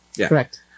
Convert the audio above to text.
Correct